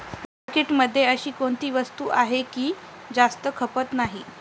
मार्केटमध्ये अशी कोणती वस्तू आहे की जास्त खपत नाही?